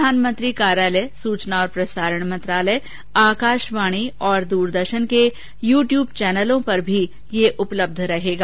प्रधानमंत्री कार्यालय सुचना और प्रसारण मंत्रालय आकाशवाणी और दूरदर्शन समाचार के यू ट्यूब चैनलों पर भी यह उपलब्ध रहेगा